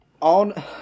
On